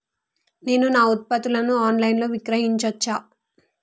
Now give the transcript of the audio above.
నేను నా ఉత్పత్తులను ఆన్ లైన్ లో విక్రయించచ్చా?